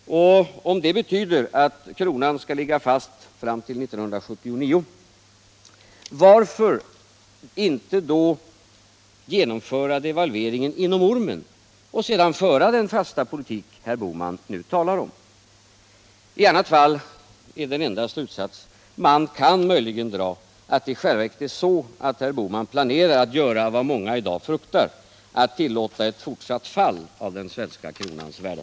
Om det betyder att kronan skall ligga fast fram till 1979, varför kunde då inte herr Bohman genomföra devalveringen inom ormen och sedan föra den fasta politik han nu talar om? Den enda slutsats man möjligen kan dra av det som nu skett är att herr Bohman i själva verket planerar att göra vad många i dag fruktar, nämligen att tillåta ett fortsatt fall av den svenska kronans värde.